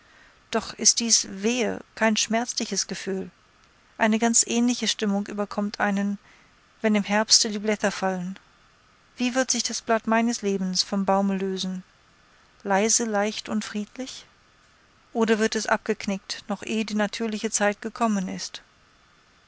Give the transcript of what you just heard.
doch ist dies wehe kein schmerzliches gefühl eine ganz ähnliche stimmung überkommt einen wenn im herbste die blätter fallen wie wird sich das blatt meines lebens vom baume lösen leise leicht und friedlich oder wird es abgeknickt noch ehe die natürliche zeit gekommen ist